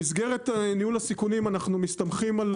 במסגרת ניהול הסיכונים אנחנו מסתמכים על